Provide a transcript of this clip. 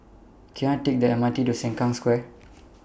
Can I Take The M R T to Sengkang Square